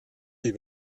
die